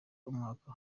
umwaka